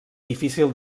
difícil